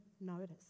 notice